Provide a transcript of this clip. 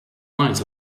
lines